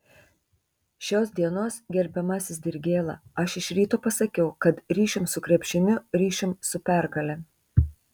šios dienos gerbiamasis dirgėla aš iš ryto pasakiau kad ryšium su krepšiniu ryšium su pergale